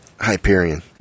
Hyperion